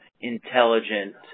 intelligent